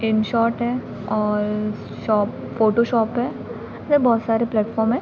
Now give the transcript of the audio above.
InShot है और shop Photoshop है वह बहुत सारे प्लेटफ़ॉर्म हैं